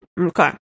Okay